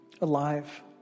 alive